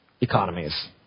economies